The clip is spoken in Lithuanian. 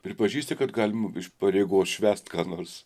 pripažįsti kad galim iš pareigos švęst ką nors